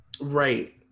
right